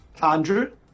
Andrew